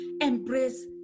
embrace